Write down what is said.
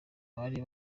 bari